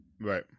Right